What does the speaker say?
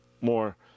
more